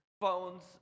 phones